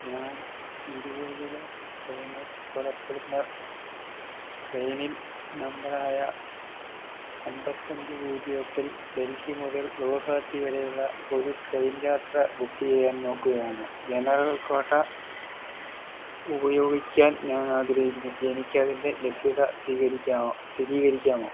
ഞാൻ ഇരുപതിന് മുപ്പതിന് പുറപ്പെടുന്ന ട്രെയിനിൽ നമ്പറായ അൻപത്തഞ്ച് പൂജ്യം എട്ടിൽ ഡൽഹി മുതൽ ഗുവാഹത്തി വരെയുള്ള ഒരു ട്രെയിൻ യാത്ര ബുക്ക് ചെയ്യാൻ നോക്കുകയാണ് ജനറൽ കോട്ട ഉപയോഗിക്കാൻ ഞാനാഗ്രഹിക്കുന്നു എനിക്കതിൻ്റെ ലഭ്യത സ്വീകരിക്കാമോ സ്ഥിതീകരിക്കാമോ